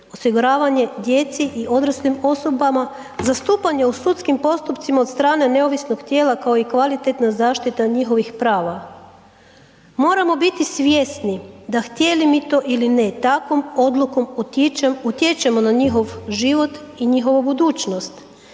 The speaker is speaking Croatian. osiguravanje djeci i odraslim osobama zastupanje u sudskim postupcima od strane neovisnog tijela kao i kvalitetna zaštita njihovih prava. Moramo biti svjesni da htjeli mi to ili ne takvom odlukom utječemo na njihov život i njihovu budućnost.